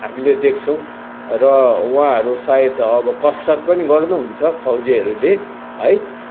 हामीले देख्छौँ र उहाँहरू सायद अब कसरत पनि गर्नु हुन्छ फौजीहरूले है